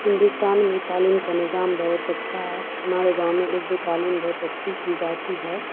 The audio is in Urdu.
ہندوستان میں تعلیم کا نظام بہت اچھا ہے ہمارے گاؤں میں اردو تعلیم بہت اچھی کی جاتی ہے